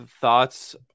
thoughts